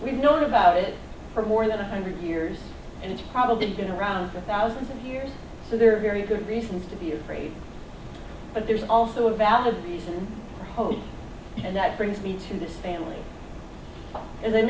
we've known about it for more than a hundred years and it's probably been around for thousands of years so there are very good reasons to be afraid but there's also a valid hope and that brings me to this family a